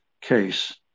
case